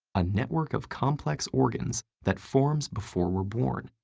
a network of complex organs that forms before we're born,